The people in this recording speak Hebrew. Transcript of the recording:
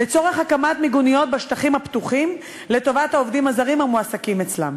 לצורך הקמת מיגוניות בשטחים הפתוחים לטובת העובדים הזרים המועסקים אצלם.